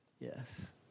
yes